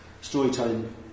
storytelling